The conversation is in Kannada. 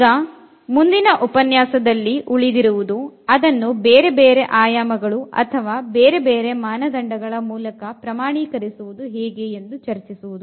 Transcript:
ಈಗ ಮುಂದಿನ ಉಪನ್ಯಾಸದಲ್ಲಿ ಉಳಿದಿರುವುದು ಅದನ್ನು ಬೇರೆ ಬೇರೆ ಆಯಾಮಗಳು ಅಥವಾ ಬೇರೆ ಬೇರೆ ಮಾನದಂಡಗಳ ಮೂಲಕ ಪ್ರಮಾಣೀಕರಿಸುವುದು ಹೇಗೆ ಎಂದು ಚರ್ಚಿಸುವುದು